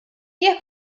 jekk